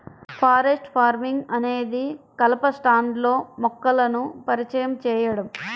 forest farming అనేది కలప స్టాండ్లో మొక్కలను పరిచయం చేయడం